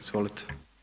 Izvolite.